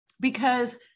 Because-